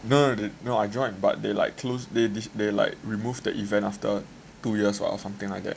no no I joined but they like closed they like remove the event after two years or something like that